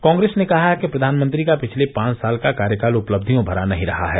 कांग्रेस ने कहा है कि प्रधानमंत्री का पिछले पांच साल का कार्यकाल उपलबंधियों भरा नहीं रहा है